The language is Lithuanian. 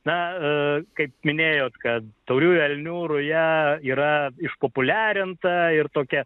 na kaip minėjot kad tauriųjų elnių ruja yra išpopuliarinta ir tokia